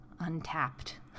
untapped